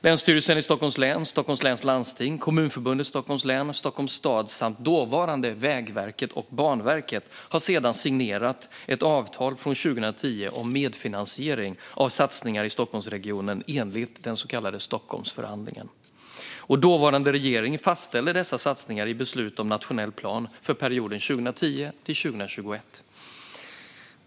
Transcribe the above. Länsstyrelsen i Stockholms län, Stockholms läns landsting, Kommunförbundet Stockholms län, Stockholms stad samt dåvarande Vägverket och Banverket har sedan signerat ett avtal från 2010 om medfinansiering av satsningar i Stockholmsregionen enligt den så kallade Stockholmsförhandlingen. Dåvarande regering fastställde dessa satsningar i beslut om nationell plan för perioden 2010-2021.